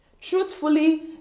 Truthfully